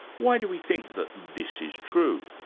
why do we think that this is true,